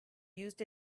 used